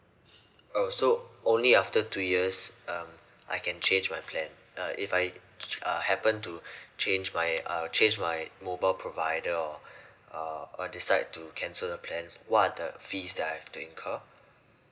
oh so only after two years um I can change my plan uh if I uh happen to change my uh change my mobile provider or uh uh decide to cancel the plan what are the fees that I have to incur